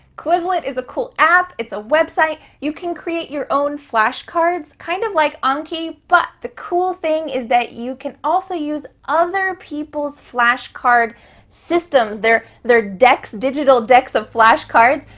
quizlet is a cool app. it's a website. you can create your own flash cards, kind of like anki. but the cool thing is that you can also use other people's flash card systems, their their digital decks of flash cards.